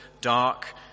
dark